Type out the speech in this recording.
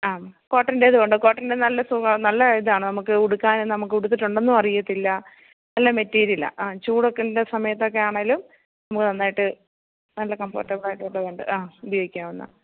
ആ കോട്ടൻ്റേതുണ്ട് കോട്ടൻ്റെ നല്ല സുഖമാണ് നല്ല ഇതാണ് നമുക്ക് ഉടുക്കാനും നമുക്ക് ഉടുത്തിട്ടുണ്ടെന്ന് അറിയത്തില്ല നല്ല മെറ്റീരിയലാണ് ആ ചൂടൊക്കെയുള്ള സമയത്തൊക്കെയാണേലും നമുക്ക് നന്നായിട്ട് നല്ല കംഫേട്ടബിളായിട്ടൊള്ളതുണ്ട് ആ ഉപയോഗിക്കാവുന്ന